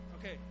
Okay